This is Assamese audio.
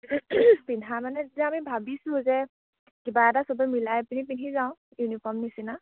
পিন্ধা মানে যেতিয়া আমি ভাবিছোঁ যে কিবা এটা চবে মিলাই পিনি পিন্ধি যাওঁ ইউনিফৰ্ম নিচিনা